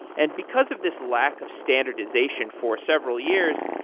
and because of this lack of standardization for several years,